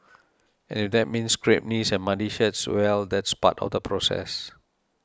and if that means scraped knees and muddy shirts well that's part of the process